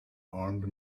armed